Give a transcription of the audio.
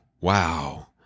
Wow